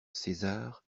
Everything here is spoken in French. césar